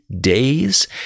days